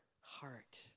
heart